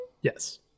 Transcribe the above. yes